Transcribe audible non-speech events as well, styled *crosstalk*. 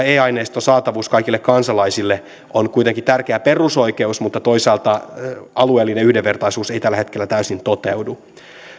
*unintelligible* e aineiston saatavuus kaikille kansalaisille on kuitenkin tärkeä perusoikeus mutta toisaalta alueellinen yhdenvertaisuus ei tällä hetkellä täysin toteudu